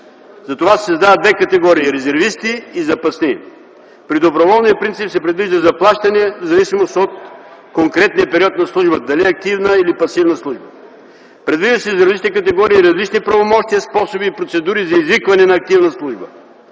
за това се създават две категории – резервисти и запасни. При доброволния принцип се предвижда заплащане в зависимост от конкретния период на службата – дали е активна или пасивна служба; - предвиждат се за различни категории различни правомощия, способи и процедури за извикване на активна служба;